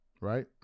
right